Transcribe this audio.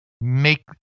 make